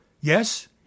Yes